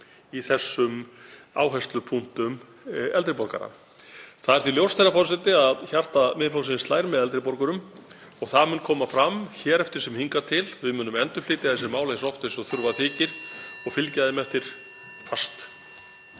í þessum áherslupunktum eldri borgara. Það er því ljóst, herra forseti, að hjarta Miðflokksins slær með eldri borgurum og það mun koma fram hér eftir sem hingað til. Við munum endurflytja þessi mál eins oft og þurfa þykir og fylgja þeim fast